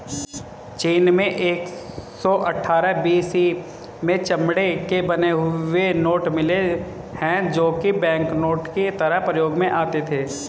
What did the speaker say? चीन में एक सौ अठ्ठारह बी.सी में चमड़े के बने हुए नोट मिले है जो की बैंकनोट की तरह प्रयोग में आते थे